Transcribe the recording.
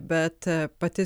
bet pati